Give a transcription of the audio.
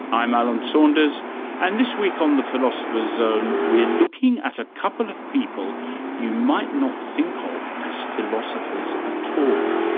i'm alan saunders and this week on the philosopher's zone we're looking at a couple of people you might not think ah of as philosophers ah at all.